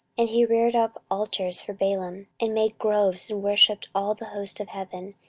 and he reared up altars for baalim, and made groves, and worshipped all the host of heaven,